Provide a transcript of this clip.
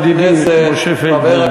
ידידי, משה פייגלין.